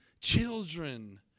children